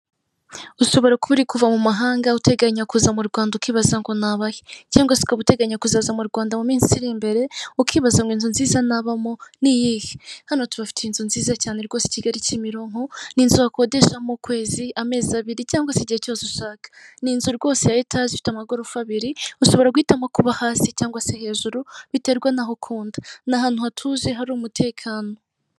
Ushobora kuba uri kuva mu mahanga uteganya kuza mu Rwanda, ukibaza ngo naba he, cyangwa se ukaba uteganya kuzaza mu Rwanda mu minsi iri imbere, ukibaza ngo inzu nziza nabamo ni iyihe? Hano tubafitiye inzu nziza cyane rwose i Kigali Kimironko ni inzu wakodeshamo kwezi, amezi abiri cyangwa se igihe cyose ushaka. ni inzu rwose ya etaje ifite amagorofa abiri, ushobora guhitamo kuba hasi cyangwa se hejuru, biterwa n'aho ukunda, ni ahantu hatuje hari umutekano.